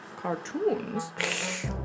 cartoons